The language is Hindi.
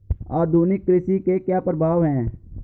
आधुनिक कृषि के क्या प्रभाव हैं?